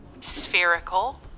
spherical